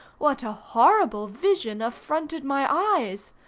what a horrible vision affronted my eyes?